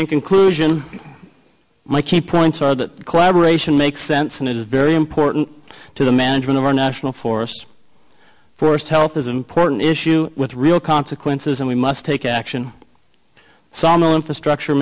in conclusion my key points are that collaboration makes sense and it is very important to the management of our national forests forest health is an important issue with real consequences and we must take action on the infrastructure